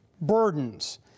burdens